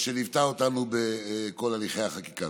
שליוותה אותנו בכל הליכי החקיקה.